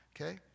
okay